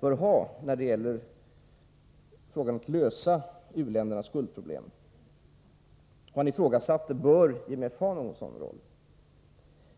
bör ha när det gäller att lösa frågan om u-ländernas skuldproblem. Han ifrågasatte om IMF borde ha någon sådan roll.